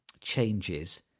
changes